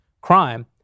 crime